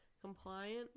Compliant